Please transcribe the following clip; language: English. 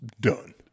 done